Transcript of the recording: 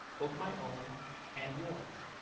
both my own and yours.